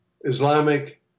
Islamic